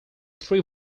three